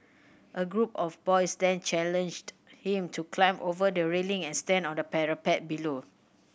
a group of boys then challenged him to climb over the railing and stand on the parapet below